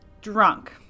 drunk